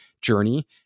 journey